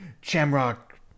Shamrock